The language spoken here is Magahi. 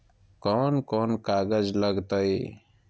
कौन कौन कागज लग तय?